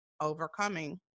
overcoming